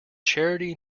charity